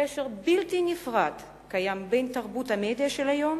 קשר בלתי נפרד קיים בין תרבות המדיה היום